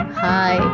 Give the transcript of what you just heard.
hi